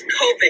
COVID